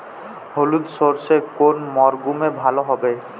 হলুদ সর্ষে কোন মরশুমে ভালো হবে?